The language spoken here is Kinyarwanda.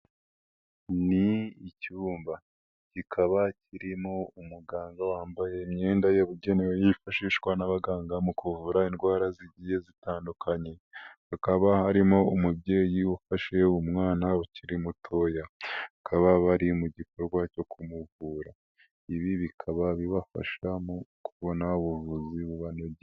Ni ikibumba kikaba kirimo umuganga wambaye imyenda yabugenewe yifashishwa n'abaganga mu kuvura indwara zigiye zitandukanye. Hakaba harimo umubyeyi ufashe umwana ukiri mutoya. Bakaba bari mu gikorwa cyo kumuvura. Ibi bikaba bibafasha mu kubona ubuvuzi bubanogeye.